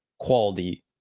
quality